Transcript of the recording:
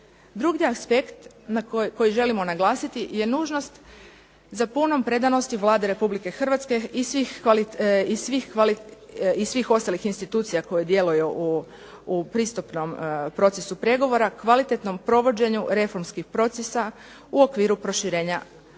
Drugi aspekt koji želimo naglasiti je nužnost za punom predanosti Vlade RH i svih ostalih institucija koje djeluju u pristupnom procesu pregovora kvalitetnom provođenju reformskih procesa u okviru proširenja pristupanja